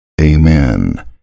Amen